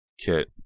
Kit